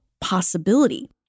possibility